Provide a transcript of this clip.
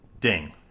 ding